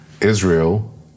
Israel